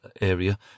area